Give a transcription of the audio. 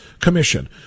commission